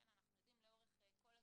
אנחנו יודעים לאורך כל השנים.